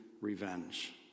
revenge